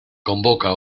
convoca